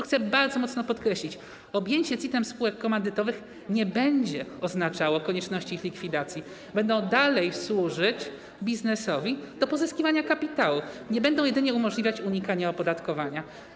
Chcę bardzo mocno podkreślić, że objęcie CIT-em spółek komandytowych nie będzie oznaczało konieczności ich likwidacji, będą dalej służyć biznesowi do pozyskiwania kapitału, nie będą jedynie umożliwiać unikania opodatkowania.